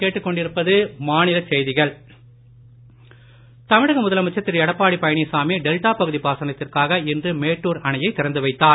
மேட்டுர் தமிழக முதலமைச்சர் திரு எடப்பாடி பழனிச்சாமி டெல்டா பகுதி பாசனத்திற்காக இன்று மேட்டுர் அணையை திறந்து வைத்தார்